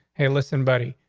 hey, listen, buddy,